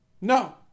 No